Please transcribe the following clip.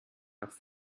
nach